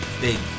big